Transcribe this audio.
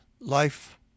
life